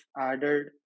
added